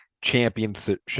championship